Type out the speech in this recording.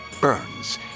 Burns